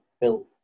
built